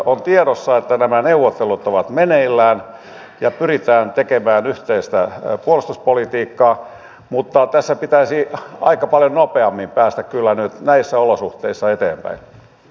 on tiedossa että nämä neuvottelut ovat meneillään ja pyritään tekemään yhteistä puolustuspolitiikkaa mutta tässä pitäisi aika paljon nopeammin päästä kyllä nyt näissä olosuhteissa eteenpäin